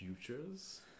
futures